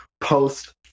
post